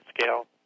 scale